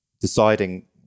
deciding